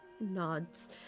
nods